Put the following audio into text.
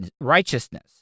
righteousness